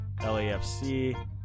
LAFC